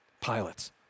pilots